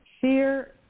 fear